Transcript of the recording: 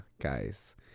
guys